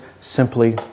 simply